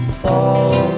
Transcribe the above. fall